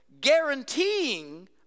guaranteeing